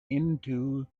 into